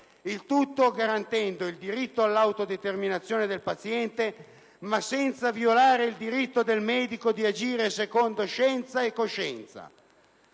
il tutto garantendo il diritto all'autodeterminazione del paziente, ma senza violare il diritto del medico di agire secondo scienza e coscienza.